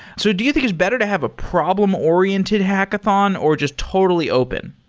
so do you think it's better to have a problem oriented hackathon or just totally open?